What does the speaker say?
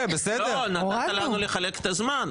לא, נתת לנו לחלק את הזמן.